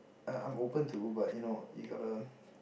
err I'm open too but you know you gotta